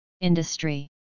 industry